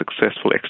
Successful